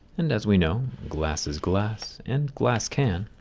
and as we know, glass is glass, and glass can.